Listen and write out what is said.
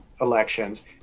elections